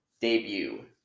debut